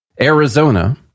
Arizona